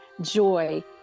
joy